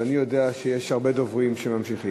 אבל אני יודע שיש הרבה דוברים שממשיכים.